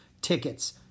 Tickets